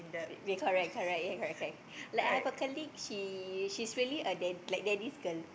correct correct ya correct correct like I have a colleague she she's really a dad~ like daddy's girl